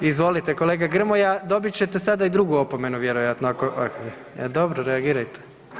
Izvolite, kolega Grmoja dobit ćete sada i drugu opomenu vjerojatno ako … [[Upadica iz klupe se ne razumije]] dobro, reagirajte.